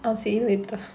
I'll see it later